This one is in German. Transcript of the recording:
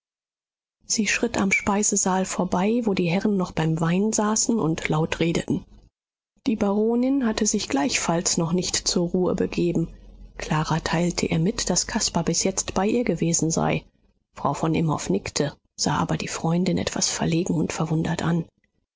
sie schritt am speisesaal vorbei wo die herren noch beim wein saßen und laut redeten die baronin hatte sich gleichfalls noch nicht zur ruhe begeben clara teilte ihr mit daß caspar bis jetzt bei ihr gewesen sei frau von imhoff nickte sah aber die freundin etwas verlegen und verwundert an